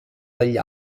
dagli